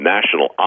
National